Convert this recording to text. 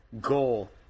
goal